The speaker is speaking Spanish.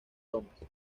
thomas